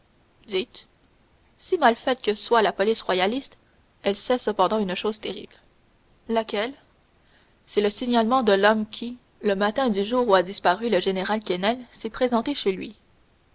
si mal faite que soit la police royaliste elle sait cependant une chose terrible laquelle c'est le signalement de l'homme qui le matin du jour où a disparu le général quesnel s'est présenté chez lui